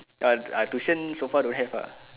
ya ah tuition so far don't have lah